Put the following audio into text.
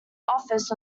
office